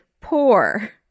poor